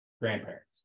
grandparents